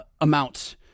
amounts